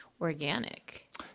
organic